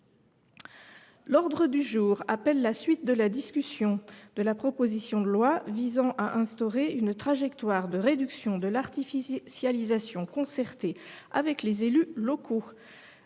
L’ordre du jour appelle la suite de la discussion de la proposition de loi visant à instaurer une trajectoire de réduction de l’artificialisation concertée avec les élus locaux